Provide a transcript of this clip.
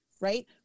right